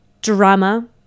Drama